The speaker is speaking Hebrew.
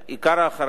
עיקר האחריות,